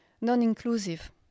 non-inclusive